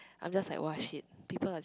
I am just like !wah! shit people are just